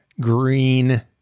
green